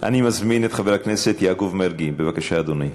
אני מזמין את חבר הכנסת מרגי, בבקשה, אדוני.